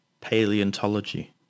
paleontology